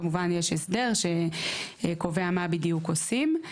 כמובן שיש הסדר שקובע מה בדיוק עושים.